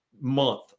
month